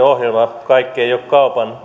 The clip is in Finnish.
ohjelma otsikolla kaikki ei ole kaupan